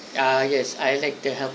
ah yes I like the hel~